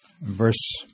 Verse